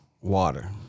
Water